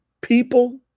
people